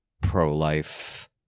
pro-life